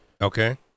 Okay